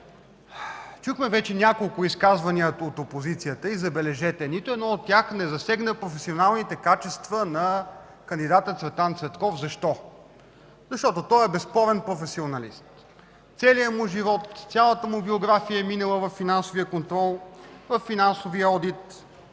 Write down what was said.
Чухме вече няколко от изказванията от опозицията и, забележете, нито едно от тях не засегна професионалните качества на кандидата Цветан Цветков. Защо? Защото той е безспорен професионалист. Целият му живот, цялата му биография е минала във финансовия контрол, във финансовия одит,